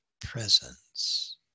presence